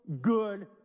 good